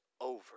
over